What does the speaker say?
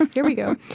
here we go.